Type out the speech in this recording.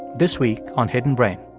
this week on hidden brain.